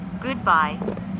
Goodbye